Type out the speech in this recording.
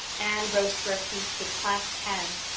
anne rose to her feet, with clasped hands,